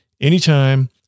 anytime